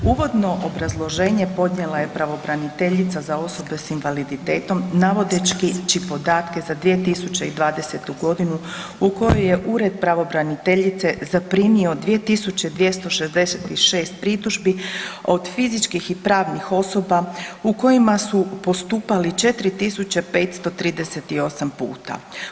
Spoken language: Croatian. Uvodno obrazloženje podnijela je pravobraniteljica za osobe s invaliditetom navodeći podatke za 2020. godinu u kojoj je ured pravobraniteljice zaprimio 2266 pritužbi od fizičkih i pravnih osoba u kojima su postupali 4538 puta.